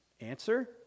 Answer